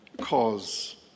cause